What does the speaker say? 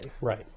Right